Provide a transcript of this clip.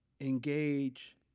engage